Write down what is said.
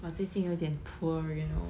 but 最近有一点 poor you know